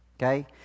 Okay